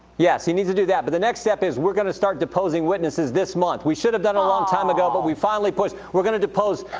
yes, he needs to do that. but the next step is we're going to start deposing witnesses this month. we should have done it a long time ago, but we finally pushed we're going to depose,